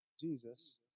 Jesus